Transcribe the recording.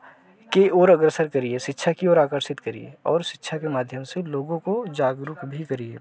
की ओर अग्रसर करिए शिक्षा की ओर आकर्षित करिए और शिक्षा के माध्यम से लोगों को जागरूक भी करिए